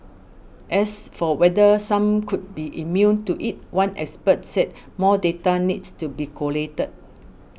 as for whether some could be immune to it one expert said more data needs to be collated